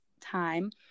time